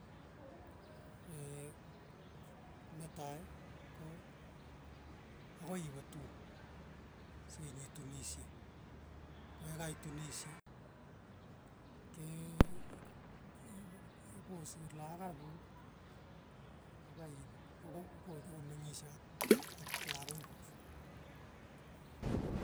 Ee netai ko akoi iwe tum si nyeitunishe, koyakaitunishe ke iposir laak anyun kokaip ipomeng'ishe ak ak lakok kuk.